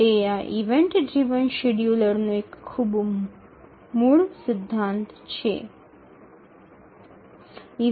এটি ইভেন্ট চালিত শিডিয়ুলারের একটি খুব প্রাথমিক নীতি